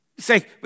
say